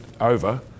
over